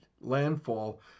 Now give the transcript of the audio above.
landfall